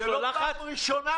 זו לא פעם ראשונה.